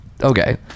Okay